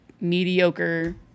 mediocre